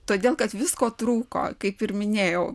todėl kad visko trūko kaip ir minėjau